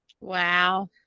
Wow